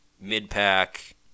mid-pack